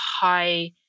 high